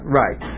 right